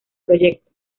proyecto